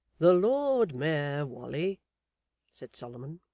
the lord mayor, wally said solomon,